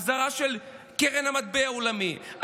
אזהרה של קרן המטבע העולמי,